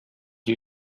you